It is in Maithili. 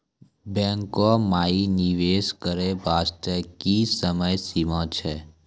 बैंको माई निवेश करे बास्ते की समय सीमा छै?